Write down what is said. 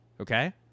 okay